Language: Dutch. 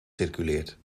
circuleert